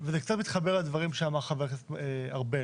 זה קצת מתחבר לדברים שאמר חבר הכנסת ארבל.